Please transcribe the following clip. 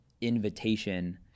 invitation